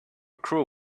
crew